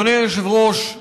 אדוני היושב-ראש,